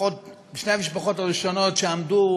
לפחות בשתי המשפחות הראשונות, שעמדו